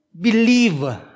believe